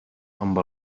amb